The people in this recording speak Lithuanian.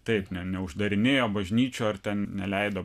taip ne neuždarinėjo bažnyčių ar ten neleido